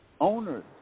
owners